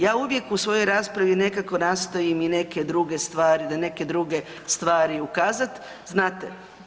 Ja uvijek u svojoj raspravi nekako nastojim i neke druge stvari, da neke druge stvari ukazati, znate.